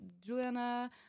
Juliana